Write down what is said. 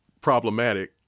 problematic